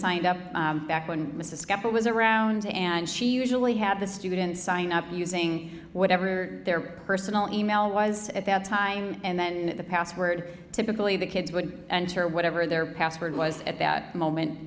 signed up back when mrs keppel was around and she usually have the students sign up using whatever their personal e mail was at that time and then the password typically the kids would enter whatever their password was at that moment